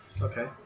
Okay